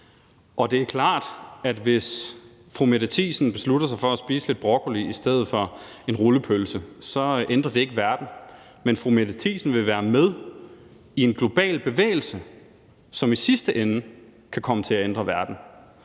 Det er klart, at hvis fru Mette Thiesen beslutter sig for at spise lidt broccoli i stedet for en rullepølse, ændrer det ikke verden, men fru Mette Thiesen ville være med i en global bevægelse, som i sidste ende kan komme til at ændre verden.